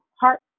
heart